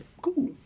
cool